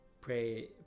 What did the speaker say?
pray